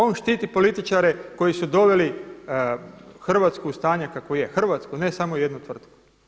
On štiti političare koji su doveli Hrvatsku u stanje kakvo je, Hrvatsku ne samo jednu tvrtku.